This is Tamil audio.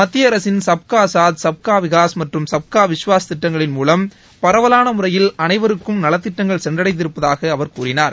மத்திய அரசின் சுப்காசாத் சுப்கா விகாஸ் மற்றும் சுப்கா விஸ்வாஸ் திட்டங்களின் மூலம் பரவலான முறையில் அனைவருக்கும் நலத்திட்டங்கள் சென்றடைந்திருப்ப்தாக அவர் கூறினார்